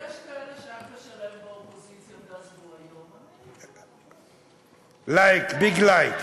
יש כאלה שהיה, ועזבו, "לייק", ביג "לייק".